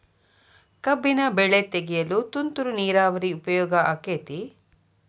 ಕಬ್ಬಿನ ಬೆಳೆ ತೆಗೆಯಲು ತುಂತುರು ನೇರಾವರಿ ಉಪಯೋಗ ಆಕ್ಕೆತ್ತಿ?